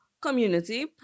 community